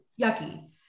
yucky